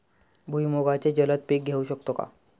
भुईमुगाचे जलद पीक घेऊ शकतो का?